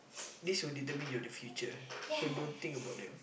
this will determine your the future so don't think about them